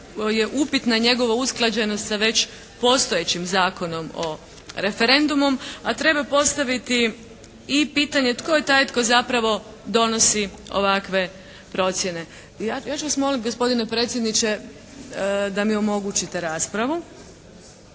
upitna njegova usklađenost sa već postojećim Zakonom o referendumu. A treba postaviti i pitanje tko je taj tko zapravo donosi ovakve procjene. Ja ću vas moliti gospodine predsjedniče da mi omogućite raspravu.